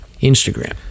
Instagram